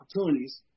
opportunities